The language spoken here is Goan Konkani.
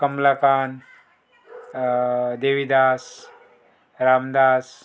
कमलाकांत देविदास रामदास